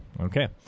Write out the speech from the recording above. Okay